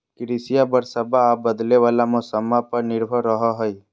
कृषिया बरसाबा आ बदले वाला मौसम्मा पर निर्भर रहो हई